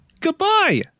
goodbye